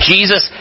Jesus